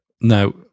Now